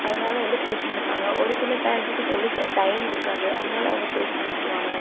அதனால வந்து டியூஷன் அனுப்புவாங்க ஒரு சில பேரண்ட்ஸுக்கு சொல்லித் தர டைம் இருக்காது அதனால அவங்க டியூஷன் அனுப்புவாங்க